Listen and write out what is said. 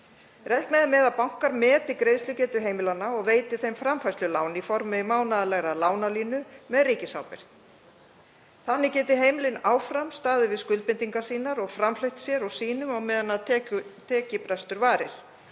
Reiknað er með að bankar meti greiðslugetu heimilanna og veiti þeim framfærslulán í formi mánaðarlegrar lánalínu með ríkisábyrgð. Þannig geti heimilin áfram staðið við skuldbindingar sínar og framfleytt sér og sínum á meðan tekjubrestur varir.